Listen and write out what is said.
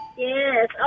Yes